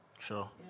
Sure